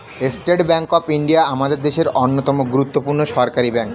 state Bank of India আমাদের দেশের অন্যতম গুরুত্বপূর্ণ সরকারি ব্যাঙ্ক